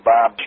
Bob